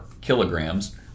kilograms